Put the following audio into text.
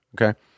okay